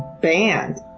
banned